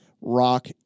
rock